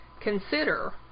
consider